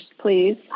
please